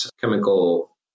chemical